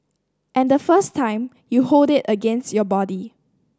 and the first time you hold it against your body